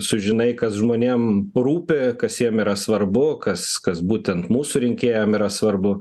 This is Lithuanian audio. sužinai kas žmonėm rūpi kas jiems yra svarbu kas kas būtent mūsų rinkėjam yra svarbu